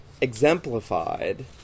exemplified